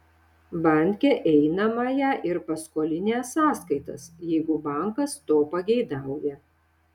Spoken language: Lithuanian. banke einamąją ir paskolinę sąskaitas jeigu bankas to pageidauja